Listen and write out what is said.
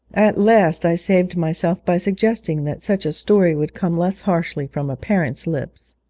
at last i saved myself by suggesting that such a story would come less harshly from a parent's lips.